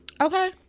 okay